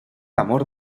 amor